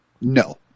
No